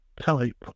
type